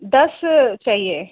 दस चाहिए